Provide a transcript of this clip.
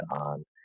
on